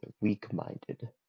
weak-minded